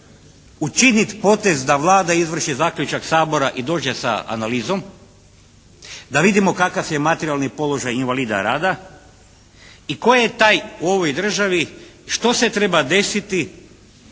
učiniti potez da Vlada izvrši zaključak Sabora i dođe sa analizom da vidimo kakav je materijalni položaj invalida rada i tko je taj u ovoj državi, što se treba desiti